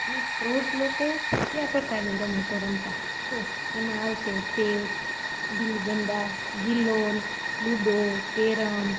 અને પ્રૌઢ લોકો કયા પ્રકારની રમતો રમતાં તો એમાં આવે છે ચેસ ગિલ્લી દંડા ગિલોલ લુડો કેરમ